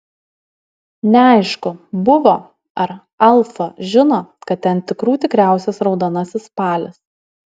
neaišku buvo ar alfa žino kad ten tikrų tikriausias raudonasis spalis